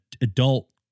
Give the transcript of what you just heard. adult